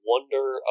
wonder